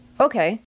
okay